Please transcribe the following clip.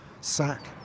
sack